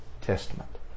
Testament